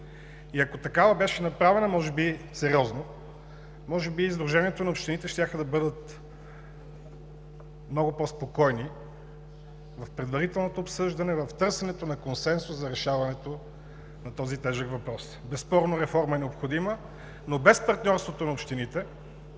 Ако такава беше направена, може би сериозно, може би и общините щяха да бъдат много по-спокойни в предварителното обсъждане, в търсенето на консенсус за решаването на този тежък въпрос. Безспорно реформа е необходима, но без партньорството на общините